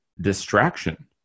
distraction